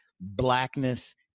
blackness